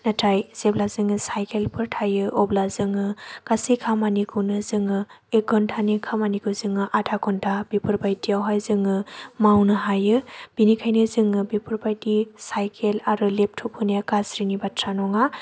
नाथाय जेब्ला जोङो साइकेलफोर थायो अब्ला जोङो गासै खामानिखौनो जोङो एक घन्टानि खामानिखौ जोङो आधा घन्टा बेफोरबायदियावहाय जोङो मावनो हायो बिनिखायनो जोङो बेफोरबायदि साइकेल आरो लेपटप होनाया गाज्रिनि बाथ्रा नङा